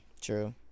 True